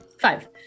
five